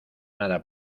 nada